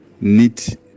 need